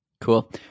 Cool